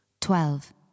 Twelve